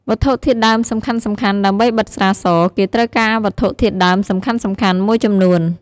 វត្ថុធាតុដើមសំខាន់ៗ ដើម្បីបិតស្រាស គេត្រូវការវត្ថុធាតុដើមសំខាន់ៗមួយចំនួន។